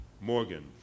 Morgan